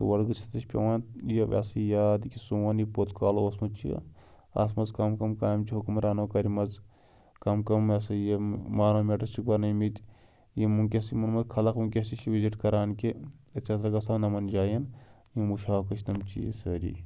تور گٔژھِتھٕے چھِ پٮ۪وان یہِ اَسہِ یاد کہِ سون یہِ پوٚت کال اوسمُت چھِ اَتھ منٛز کَم کَم کامہِ چھِ حُکمرانو کَرِمَژٕ کَم کَم یہِ ہَسا یہِ مانَمٮ۪نٛٹٕز چھِکھ بَنٲوۍمٕتۍ یِم وٕنۍکٮ۪س یِمو منٛز خلق وٕنۍکٮ۪س تہِ چھِ وِزِٹ کَران کہِ ہَسا گژھان إمَن جایَن یِم وٕچھٕ ہاکھ تِم چیٖز سٲری